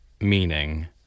meaning